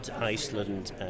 Iceland